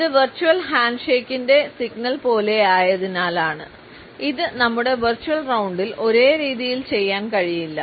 ഇത് വെർച്വൽ ഹാൻഡ്ഷെയ്ക്കിന്റെ സിഗ്നൽ പോലെയായതിനാലാണ് ഇത് നമ്മുടെ വെർച്വൽ റൌണ്ടിൽ ഒരേ രീതിയിൽ ചെയ്യാൻ കഴിയില്ല